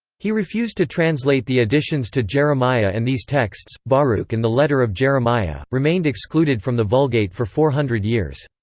he refused to translate the additions to jeremiah and these texts, baruch and the letter of jeremiah, remained excluded from the vulgate for four hundred years.